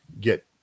get